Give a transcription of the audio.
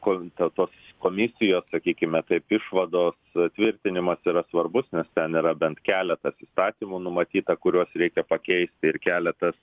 komitetas komisijos sakykime taip išvados tvirtinimas yra svarbus nes ten yra bent keletas įstatymų numatyta kuriuos reikia pakeisti ir keletas